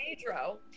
Pedro